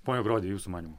pone grodi jūsų manymu